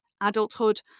adulthood